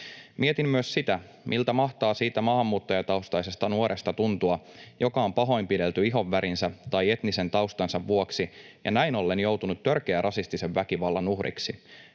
Mietin myös sitä, miltä mahtaa tuntua siitä maahanmuuttajataustaisesta nuoresta, joka on pahoinpidelty ihonvärinsä tai etnisen taustansa vuoksi ja näin ollen joutunut törkeän rasistisen väkivallan uhriksi.